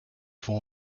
vont